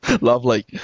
Lovely